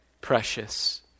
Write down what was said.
precious